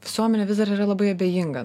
visuomenė vis dar yra labai abejinga